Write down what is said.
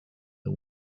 the